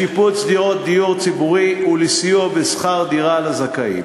לשיפוץ דירות דיור ציבורי ולסיוע בשכר דירה לזכאים.